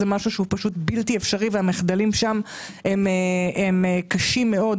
זה בלתי אפשרי והמחדלים שם קשים מאוד.